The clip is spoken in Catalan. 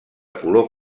color